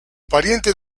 pariente